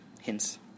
Hints